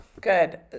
Good